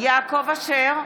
יעקב אשר,